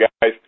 guys